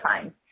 time